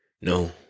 no